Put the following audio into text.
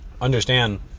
understand